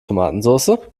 tomatensoße